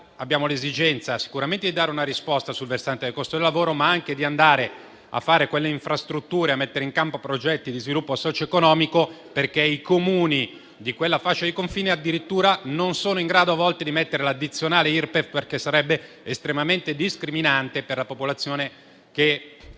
abbiamo l'esigenza sicuramente di dare una risposta sul versante al costo del lavoro, ma anche di costruire infrastrutture e mettere in campo progetti di sviluppo socioeconomico. I Comuni di quella fascia di confine non sono in grado, addirittura, a volte di prevedere l'addizionale Irpef, perché sarebbe estremamente discriminante che la popolazione che